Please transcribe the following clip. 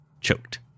choked